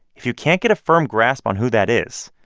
if you can't get a firm grasp on who that is,